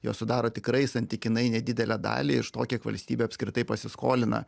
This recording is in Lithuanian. jos sudaro tikrai santykinai nedidelę dalį iš to kiek valstybė apskritai pasiskolina